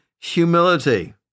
humility